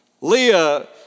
Leah